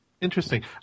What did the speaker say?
Interesting